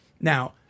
Now